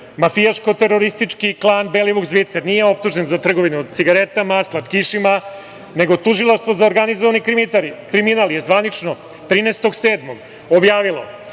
mafijaško-teroristički klan Belivuk-Zvicer? Nije optužen za trgovinu cigaretama, slatkišima, nego Tužilaštvo za organizovani kriminal je zvanično 13. jula, objavilo